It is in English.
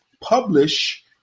publish